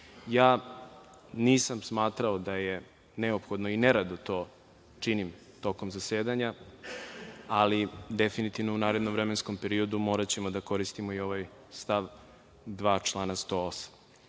Ja nisam smatrao da je neophodno i nerado to činim tokom zasedanja, ali definitivno u narednom vremenskom periodu moraćemo da koristimo i ovaj stav 2. člana 108.Da